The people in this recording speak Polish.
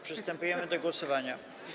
Przystępujemy do głosowania.